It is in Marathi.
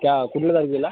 त्या कुठलं तारखेला